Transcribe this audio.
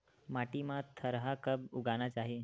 माटी मा थरहा कब उगाना चाहिए?